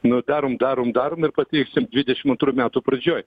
nu darom darom darom ir pateiksim dvidešim antrų metų pradžioj